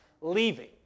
leaving